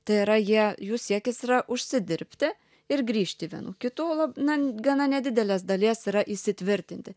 tai yra jie jų siekis yra užsidirbti ir grįžti vienų kitų na gana nedidelės dalies yra įsitvirtinti